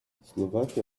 slovakia